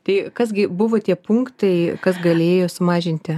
tai kas gi buvo tie punktai kas galėjo sumažinti